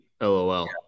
LOL